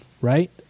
right